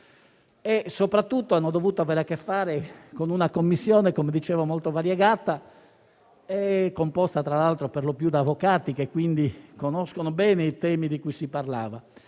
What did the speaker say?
soprattutto hanno dovuto avere a che fare con una Commissione molto variegata, composta, tra l'altro, per lo più da avvocati, che quindi conoscono bene i temi di cui si parlava.